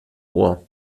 ohr